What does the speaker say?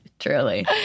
truly